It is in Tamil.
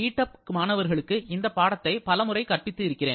டெக் மாணவர்களுக்கு இந்த பாடத்தை பலமுறை கற்பித்து இருக்கிறேன்